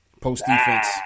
Post-defense